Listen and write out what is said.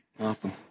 Awesome